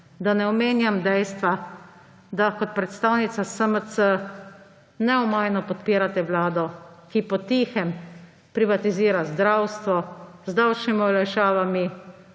da ne omenjam dejstva, da kot predstavnica SMC neomajno podpirate Vlado, ki potihem privatizira zdravstvo, z davčnimi olajšavami